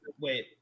Wait